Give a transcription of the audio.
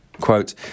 Quote